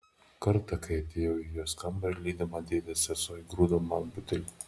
kartą kai atėjau į jos kambarį lydima dėdės sesuo įgrūdo man butelį